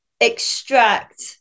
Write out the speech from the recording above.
extract